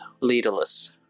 leaderless